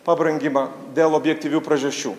pabrangimą dėl objektyvių priežasčių